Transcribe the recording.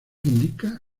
indica